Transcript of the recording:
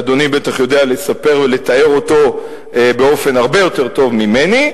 ואדוני בטח יודע לספר ולתאר אותו באופן הרבה יותר טוב ממני,